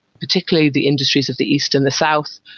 particularly the industries of the east and the south.